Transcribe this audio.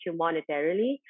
monetarily